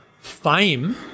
fame